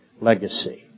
legacy